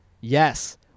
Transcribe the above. Yes